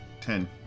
Ten